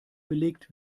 belegt